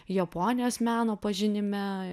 japonijos meno pažinime